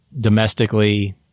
domestically